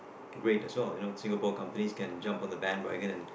great as well you know Singapore companies can jump on the bandwagon and